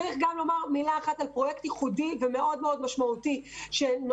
צריך לומר גם מילה אחת על פרויקט ייחודי ומשמעותי מאוד,